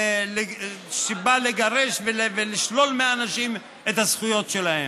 סיבה לגרש ולשלול מאנשים את הזכויות שלהם.